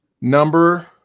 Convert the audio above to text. Number